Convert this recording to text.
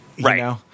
right